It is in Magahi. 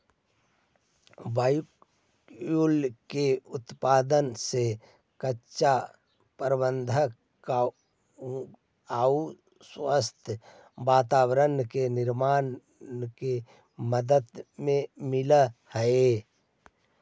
बायोफ्यूल के उत्पादन से कचरा प्रबन्धन आउ स्वच्छ वातावरण के निर्माण में मदद मिलऽ हई